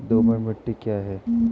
दोमट मिट्टी क्या है?